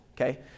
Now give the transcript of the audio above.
okay